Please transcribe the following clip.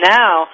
now